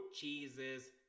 cheeses